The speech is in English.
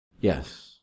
Yes